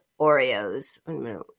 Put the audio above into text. Oreos